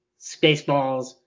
Spaceballs